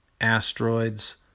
asteroids